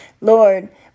Lord